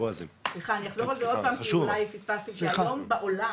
אני אחזור על זה שוב כי אולי פספסתם, היום בעולם,